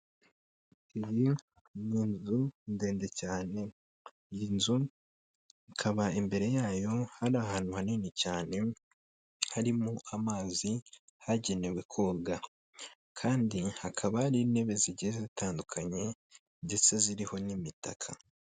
Iyi ni inzu ndende cyane, iyi nzu ikaba imbere yayo hari ahantu hanini cyane harimo amazi hagenewe koga, kandi hakaba hari n'intebe zigenda zitandukanye ndetse ziriho n'imitaka.